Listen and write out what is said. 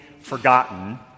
forgotten